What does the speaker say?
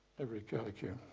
every curlicue.